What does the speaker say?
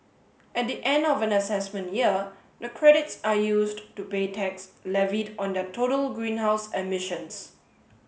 at the end of an assessment year the credits are used to pay tax levied on their total greenhouse emissions